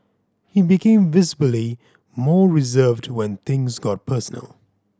he became visibly more reserved when things got personal